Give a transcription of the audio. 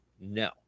No